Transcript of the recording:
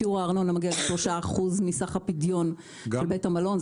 שיעור הארנונה מגיע ל-3% מסך הפדיון של בית המלון.